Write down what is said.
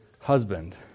husband